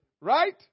Right